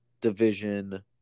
division